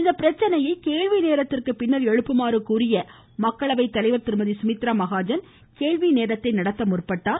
இந்த பிரச்னையை கேள்வி நேரத்திற்குப்பின் எழுப்புமாறு கூறிய மக்களவை தலைவர் திருமதி சுமித்ரா மகாஜன் கேள்வி நேரத்தை நடத்த முற்பட்டார்